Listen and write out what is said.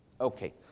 Okay